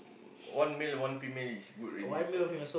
one male one female is good already for me